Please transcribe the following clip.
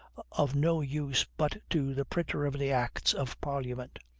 of no use but to the printer of the acts of parliament.